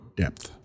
depth